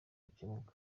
gikemuke